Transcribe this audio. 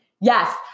Yes